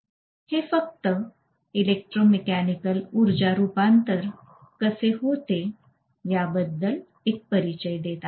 हे फक्त इलेक्ट्रोमेकॅनिकल ऊर्जा रूपांतरण कसे होते याबद्दल एक परिचय देत आहे